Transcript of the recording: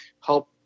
help